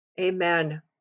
Amen